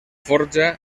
forja